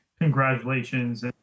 congratulations